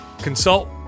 Consult